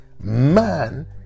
man